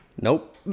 nope